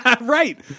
Right